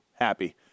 happy